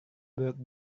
buruk